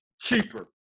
cheaper